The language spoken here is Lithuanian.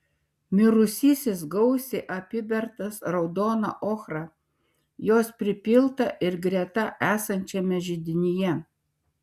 mirusysis gausiai apibertas raudona ochra jos pripilta ir greta esančiame židinyje